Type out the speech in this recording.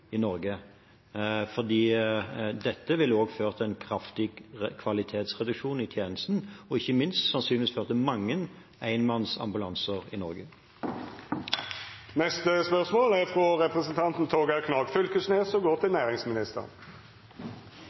i Norge, for dette ville også ha ført til en kraftig kvalitetsreduksjon i tjenesten, og ikke minst ville det sannsynligvis ha ført til mange enmannsambulanser i Norge.